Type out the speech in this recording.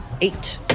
Eight